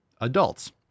adults